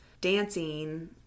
dancing